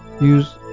use